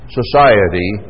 society